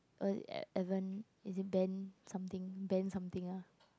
uh Evan is it Ben something Ben something ah